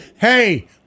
Hey